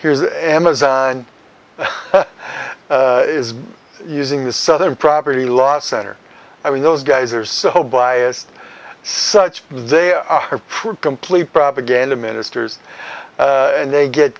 here's amazon using the southern property law center i mean those guys are so biased such they are complete propaganda ministers and they get